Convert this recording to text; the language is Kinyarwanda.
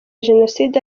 jenoside